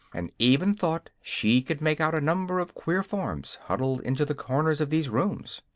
and even thought she could make out a number of queer forms huddled into the corners of these rooms.